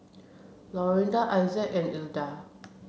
Lorinda Issac and Ilda